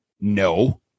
No